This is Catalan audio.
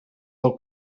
del